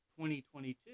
2022